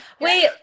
wait